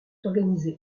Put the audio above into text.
organisés